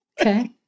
okay